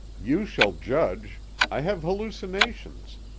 you shall judge i have hallucinations.